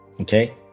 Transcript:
Okay